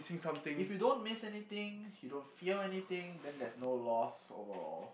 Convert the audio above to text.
if you don't miss anything you don't feel anything then there's no loss overall